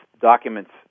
documents